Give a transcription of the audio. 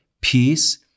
peace